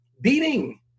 beating